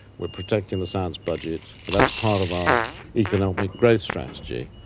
we're protecting the science budget, that's part of our economic growth strategy,